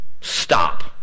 Stop